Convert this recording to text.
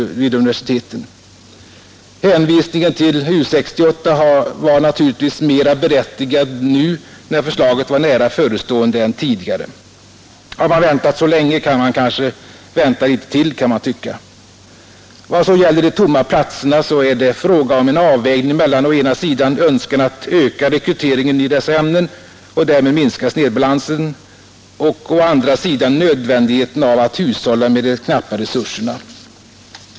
Hänvisningen till U 68 var naturligtvis mera berättigad nu när förslaget var nära förestående än tidigare. Har man väntat så länge kan man också vänta litet till, kan man tycka. Vad så gäller de tomma platserna, är det fråga om en avvägning mellan å ena sidan önskan att öka rekryteringen i dessa ämnen och därmed minska snedbalansen, och å andra sidan nödvändigheten att hushålla med de knappa resurserna.